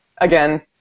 again